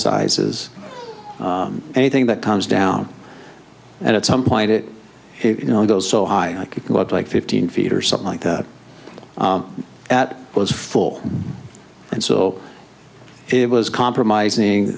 sizes anything that comes down at some point it you know those so high could go up like fifteen feet or something like that at was full and so it was compromising